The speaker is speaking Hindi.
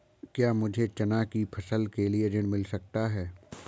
क्या मुझे चना की फसल के लिए ऋण मिल सकता है?